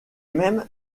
même